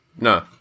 No